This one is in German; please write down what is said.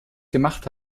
gemacht